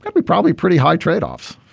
and we probably pretty high tradeoffs.